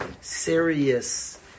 serious